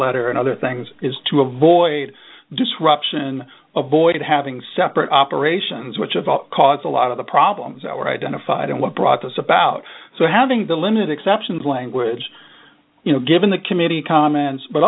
letter and other things is to avoid disruption of boyd having separate operations which of cause a lot of the problems that were identified and what brought this about so having the limited exceptions language you know given the committee comments but